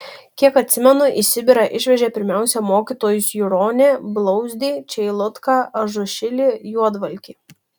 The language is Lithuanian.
kiek atsimenu į sibirą išvežė pirmiausia mokytojus juronį blauzdį čeilutką ažušilį juodvalkį